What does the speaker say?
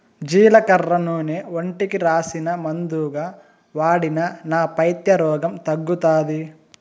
జీలకర్ర నూనె ఒంటికి రాసినా, మందుగా వాడినా నా పైత్య రోగం తగ్గుతాది